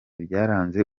byaranze